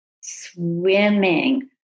swimming